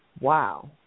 Wow